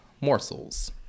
morsels